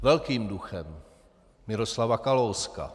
Velkým duchem Miroslava Kalouska.